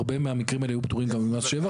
הרבה מהמקרים האלה היו פטורים ממס שבח,